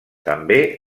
també